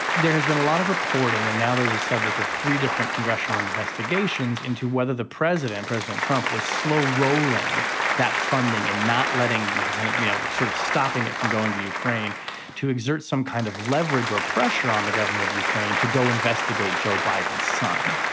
there has been a lot of reporting and now there's a subject of three different congressional investigations into whether the president president trump was slow rolling that funding and not letting you kind of know like sort of stopping it from going to ukraine to exert some kind of leverage or pressure on the government of ukraine to go investigate joe biden's son.